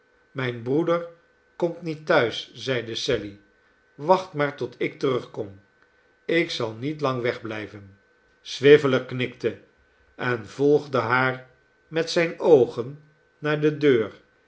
mijn broeder komt niet thuis zeide sally wacht maar tot ik terugkom ik zal niet lang wegblijven swiveller knikte en volgde haar met zijne oogen naar de deur